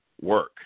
work